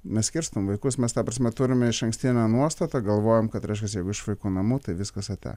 mes skirstom vaikus mes ta prasme turime išankstinę nuostatą galvojam kad reiškias jeigu iš vaikų namų tai viskas ate